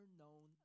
known